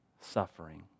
suffering